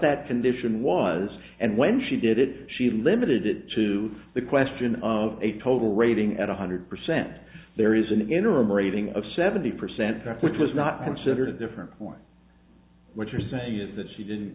that condition was and when she did it she limited it to the question of a total rating at one hundred percent there is an interim rating of seventy percent which was not considered a different point what you're saying is that she didn't